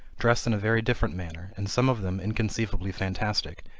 dress in a very different manner, and some of them inconceivably fantastic,